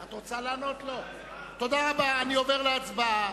אני עובר להצבעה.